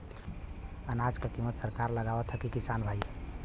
अनाज क कीमत सरकार लगावत हैं कि किसान भाई?